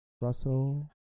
Russell